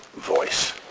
voice